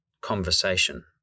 conversation